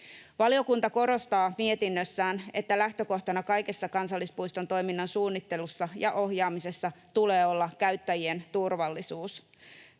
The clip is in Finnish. Valiokunta korostaa mietinnössään, että lähtökohtana kaikessa kansallispuiston toiminnan suunnittelussa ja ohjaamisessa tulee olla käyttäjien turvallisuus.